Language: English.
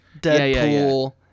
Deadpool